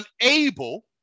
unable